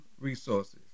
resources